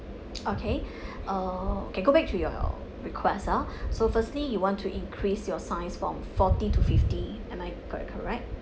okay uh okay go back to your requests ah so firstly you want to increase your size from forty to fifty am I correct correct